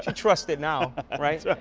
ah trusts it now right?